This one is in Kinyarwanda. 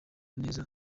neza